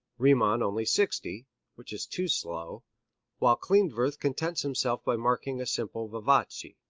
riemann only sixty which is too slow while klindworth contents himself by marking a simple vivace.